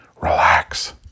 Relax